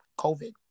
COVID